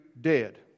dead